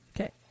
Okay